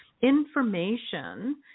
information